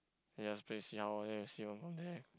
you just place see how then we see down there